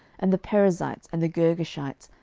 and the perizzites, and the girgashites,